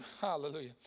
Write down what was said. hallelujah